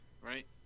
right